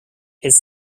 his